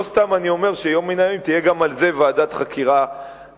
לא סתם אני אומר שביום מן הימים תהיה גם על זה ועדת חקירה ממלכתית.